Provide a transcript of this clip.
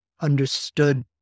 understood